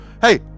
hey